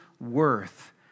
worth